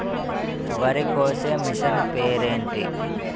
వరి కోసే మిషన్ పేరు ఏంటి